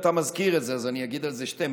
אם אתה מזכיר את זה אז אני אגיד על זה שתי מילים.